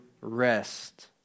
rest